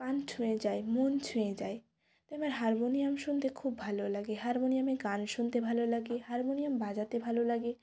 কান ছুঁয়ে যায় মন ছুঁয়ে যায় তো আমার হারমোনিয়াম শুনতে খুব ভালো লাগে হারমোনিয়ামে গান শুনতে ভালো লাগে হারমোনিয়াম বাজাতে ভালো লাগে